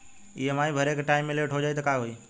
EMI भरे के time मे लेट हो जायी त का होई?